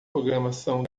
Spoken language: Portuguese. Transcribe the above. programação